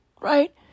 right